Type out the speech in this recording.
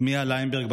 מיה ליימברג,